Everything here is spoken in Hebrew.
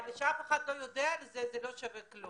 אבל אם אף אחד לא יודע מזה זה לא שווה כלום.